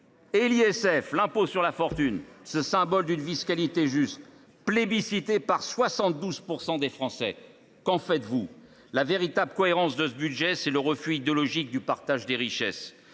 de solidarité sur la fortune (ISF), symbole d’une fiscalité juste, plébiscité par 72 % des Français, qu’en faites vous ? La véritable cohérence de ce budget, c’est le rejet idéologique du partage des richesses.